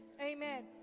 Amen